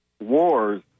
Wars